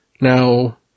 Now